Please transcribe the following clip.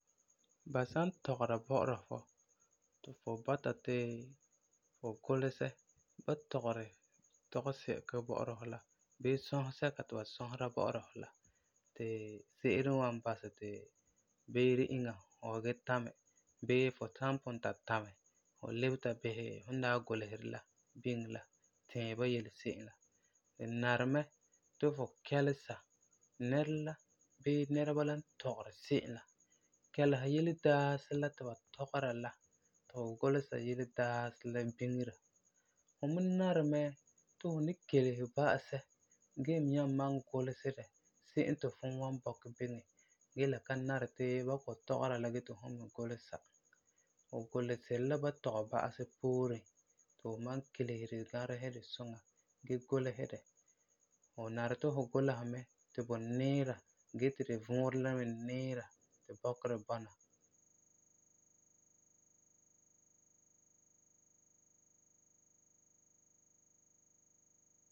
Ba san tɔgera bɔ'ɔra fu ti fu bɔta fu gulesɛ ba tɔgeri tɔge-sɛka bɔ'ɔra fu la, bii sɔse-sɛka ti ba sɔsera bɔ'ɔra fu la, ti se'ere n wan basɛ ti beere iŋa fu da tamɛ, bii fu san pugum ta tamɛ, fu lebe ta bisɛ fum daa gulesɛ di biŋe la, tiiɛ ba yele se'em la. Fu nari mɛ ti fu kɛlesera nɛra la bii nɛreba la n tɔgeri se'em la, kɛlesa yeledaasi ti ba tɔgera la, ti fu gulesera yeledaasi la biŋera. Fum me nari mɛ ti fu ni kelese ba'asɛ gee me nyaa malum gulesɛ di se'em ti fum wan bɔkɛ biŋe, gee le ka nari ti ba kɔ'ɔm tɔgera la gee ti fum me gulesera. Fu guleseri la ba n tɔgɛ ba'asɛ pooren, ti fu malum kelese gee gãresɛ di suŋa, gulesɛ di. Fu nari ti fu gulesera mɛ ti ba niira gee ti di vuurɛ la me niira ti bɔkerɛ bɔna.